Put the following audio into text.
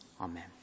Amen